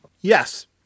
yes